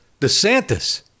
DeSantis